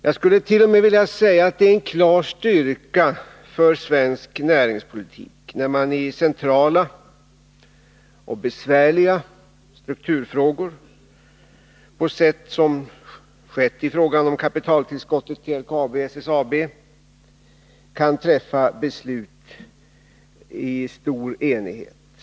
Jag skulle t.o.m. vilja säga att det är en klar styrka för svensk näringspolitik när man i centrala och besvärliga strukturfrågor på sätt som skett i fråga om kapitaltillskottet till LKAB och SSAB kan träffa beslut i stor enighet.